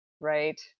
right